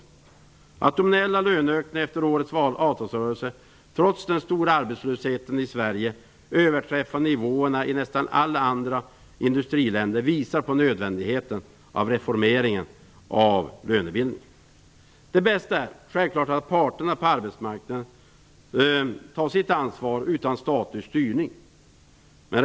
Att de nominella löneökningarna efter årets avtalsrörelse trots den stora arbetslösheten i Sverige överträffar nivåerna i nästan alla andra industriländer visar på nödvändigheten av en reformering av lönebildningen. Det bästa är självfallet att det är parterna på marknaden som tar sitt ansvar utan statlig styrning.